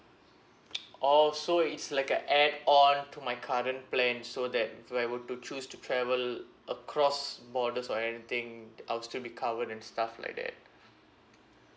orh so it's like a add on to my current plan so that if I were to choose to travel across borders or anything I will still be covered and stuff like that